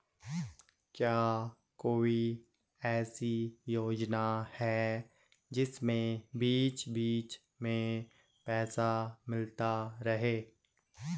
क्या कोई ऐसी योजना है जिसमें बीच बीच में पैसा मिलता रहे?